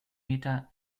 meter